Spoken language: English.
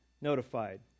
notified